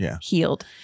healed